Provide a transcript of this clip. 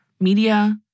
media